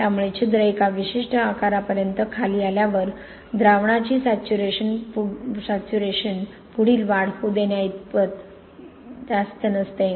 त्यामुळे छिद्र एका विशिष्ट छिद्राच्या आकारापर्यंत खाली आल्यावर छिद्र द्रावणाची सॅच्यू रेशन पुढील वाढ होऊ देण्याइतकी जास्त नसते